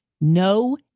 no